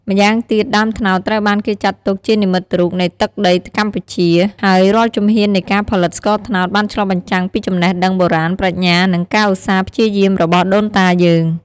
ម្យ៉ាងទៀត ដើមត្នោតត្រូវបានគេចាត់ទុកជានិមិត្តរូបនៃទឹកដីកម្ពុជា ហើយរាល់ជំហាននៃការផលិតស្ករត្នោតបានឆ្លុះបញ្ចាំងពីចំណេះដឹងបុរាណ ប្រាជ្ញា និងការឧស្សាហ៍ព្យាយាមរបស់ដូនតាយើង។